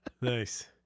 Nice